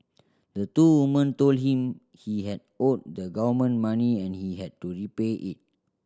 the two women told him he had owed the government money and he had to repay it